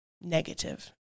negative